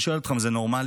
אני שואל אתכם, זה נורמלי?